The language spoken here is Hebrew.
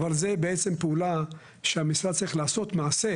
אבל זו בעצם פעולה שהמשרד צריך לעשות מעשה.